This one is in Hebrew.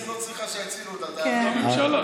הכנסת לא צריכה שיצילו אותה, תאמין לי.